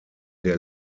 der